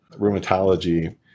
rheumatology